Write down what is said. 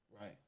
Right